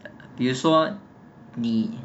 比如说你